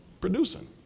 producing